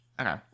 Okay